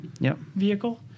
vehicle